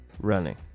running